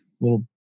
little